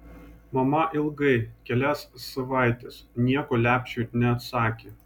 mama ilgai kelias savaites nieko lepšiui neatsakė